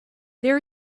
there